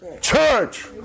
church